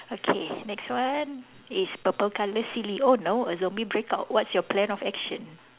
okay next one is purple colour silly oh no a zombie breakout what's your plan of action